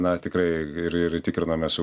na tikrai ir ir tikrinome su